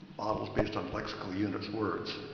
models, based on lexical units, words,